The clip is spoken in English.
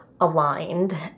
aligned